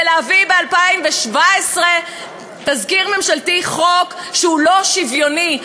זה להביא ב-2017 תזכיר חוק ממשלתי שהוא לא שוויוני.